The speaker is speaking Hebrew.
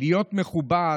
להיות מכובד,